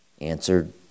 answered